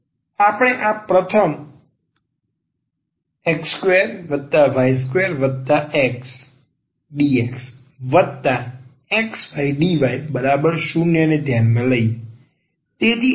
ચાલો આપણે આ પ્રથમ x2y2xdxxydy0 ધ્યાનમાં લઈએ